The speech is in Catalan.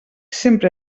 sempre